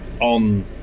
on